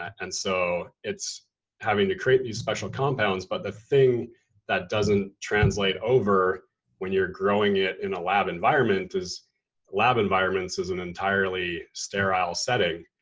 and so it's having to create these special compounds. but the thing that doesn't translate over when you're growing it in a lab environment, is lab environments is an entirely sterile setting.